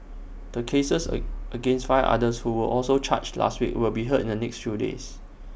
the cases A against five others who were also charged last week will be heard in the next few days